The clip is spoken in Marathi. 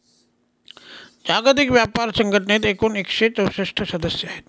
जागतिक व्यापार संघटनेत एकूण एकशे चौसष्ट सदस्य आहेत